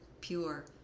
pure